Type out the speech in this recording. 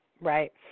Right